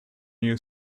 you